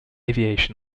aviation